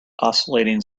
oscillating